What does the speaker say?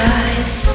eyes